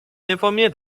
informiert